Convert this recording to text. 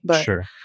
Sure